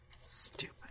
Stupid